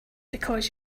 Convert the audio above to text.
because